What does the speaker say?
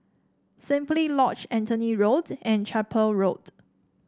Simply Lodge Anthony Road and Chapel Road